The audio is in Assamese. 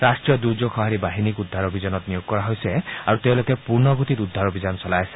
ৰাষ্টীয় দুৰ্যোগ সঁহাৰি বাহিনীক উদ্ধাৰ অভিযানত নিয়োগ কৰা হৈছে আৰু তেওঁলোকে পূৰ্ণগতিত উদ্ধাৰ অভিযান চলাই আছে